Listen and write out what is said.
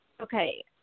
Okay